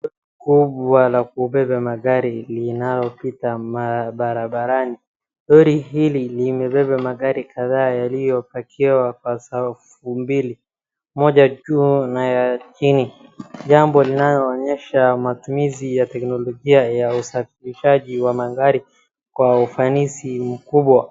Kubwa la kubeba magari linalopita mabarabarani. Lori hili limebeba magari kadhaa yaliyopakiwa kwa safu mbili, moja juu na ya chini. Jambo linaloonyesha matumizi ya teknolojia ya usafirishaji wa magari kwa ufanisi mkubwa.